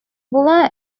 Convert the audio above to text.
була